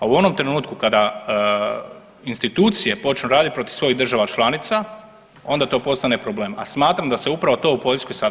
A u onom trenutku kada institucije počnu raditi protiv svojih država članica onda to postane problem, a smatram da e upravo to u Poljskoj sada radi.